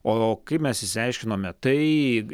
o kaip mes išsiaiškinome tai